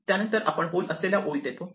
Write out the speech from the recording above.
त्यानंतर आपण होल असलेल्या ओळीत येतो